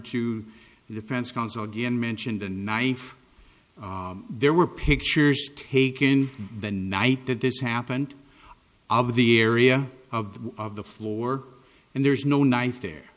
the defense counsel again mention the knife there were pictures taken the night that this happened of the area of the floor and there's no knife there